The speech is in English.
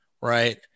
right